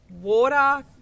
water